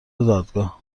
دادگاه